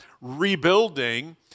rebuilding